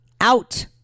out